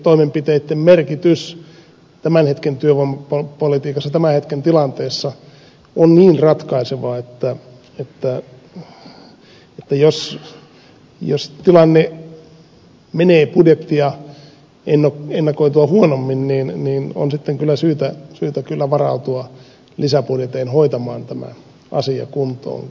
aktiivitoimenpiteiden merkitys tämän hetken työvoimapolitiikassa tämän hetken tilanteessa on niin ratkaiseva että jos tilanne menee ennakoitua budjettia huonommin niin on sitten kyllä syytä varautua lisäbudjetein hoitamaan tämä asia kuntoon